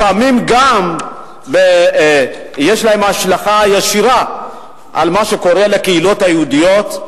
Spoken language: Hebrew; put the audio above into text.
לפעמים גם יש לה השלכה ישירה על מה שקורה לקהילות היהודיות.